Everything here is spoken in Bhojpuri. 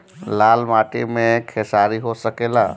लाल माटी मे खेसारी हो सकेला?